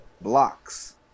Blocks